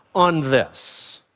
on this.